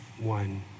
one